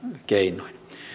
keinoin